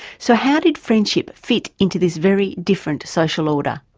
so how did friendship fit into this very different social order?